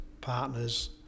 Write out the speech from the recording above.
partners